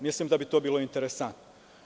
Mislim da bi to bilo interesanto.